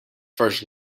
first